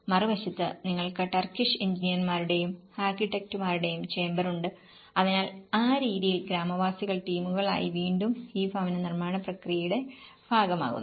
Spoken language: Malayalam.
മറുവശത്ത് നിങ്ങൾക്ക് ടർക്കിഷ് എഞ്ചിനീയർമാരുടെയും ആർക്കിടെക്റ്റുമാരുടെയും ചേംബർ ഉണ്ട് അതിനാൽ ആ രീതിയിൽ ഗ്രാമവാസികൾ ടീമുകളായി വീണ്ടും ഈ ഭവന നിർമ്മാണ പ്രക്രിയയുടെ ഭാഗമാകുന്നു